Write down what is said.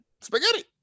spaghetti